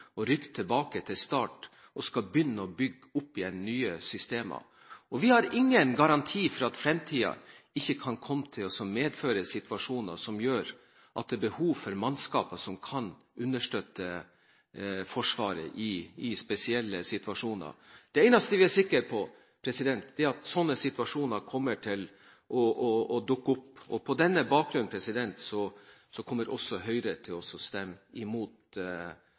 tilbake til start og skulle begynne å bygge opp igjen nye systemer. Vi har ingen garanti for at det i fremtiden ikke kan komme til å oppstå spesielle situasjoner som gjør at det er behov for mannskaper som kan understøtte Forsvaret. Det eneste vi er sikre på, er at slike situasjoner kommer til å dukke opp. På denne bakgrunnen kommer Høyre til å stemme imot